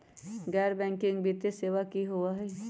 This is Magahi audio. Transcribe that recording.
गैर बैकिंग वित्तीय सेवा की होअ हई?